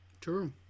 True